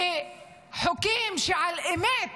וחוקים שבאמת